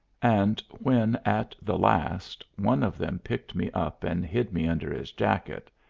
and when at the last one of them picked me up and hid me under his jacket,